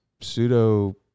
pseudo